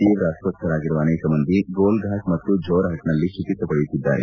ತೀವ್ರ ಅಸ್ತಸ್ನರಾಗಿರುವ ಅನೇಕ ಮಂದಿ ಗೋಲ್ಫಾಟ್ ಮತ್ತು ಜೋರ್ಹಟ್ನಲ್ಲಿ ಚಿಕಿತ್ಸೆ ಪಡೆಯುತ್ತಿದ್ದಾರೆ